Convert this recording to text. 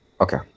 okay